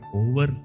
over